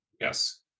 yes